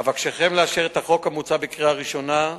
אבקשכם לאשר את החוק המוצע בקריאה ראשונה,